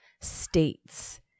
states